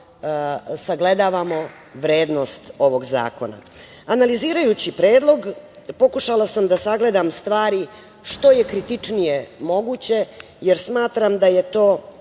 sagledavamo vrednost ovog zakona. Analizirajući Predlog pokušala sam da sagledam stvari što je kritičnije moguće jer smatram da je to